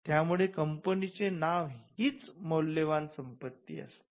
त्यामुळे कंपनीचे नाव हिच मौल्यवान संपत्ती असते